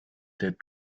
der